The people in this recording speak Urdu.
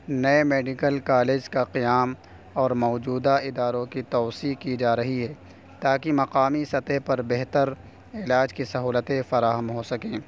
نئے میڈیکل کالج کا قیام اور موجودہ اداروں کی توسیع کی جا رہی ہے تاکہ مقامی سطح پر بہتر علاج کی سہولتیں فراہم ہو سکیں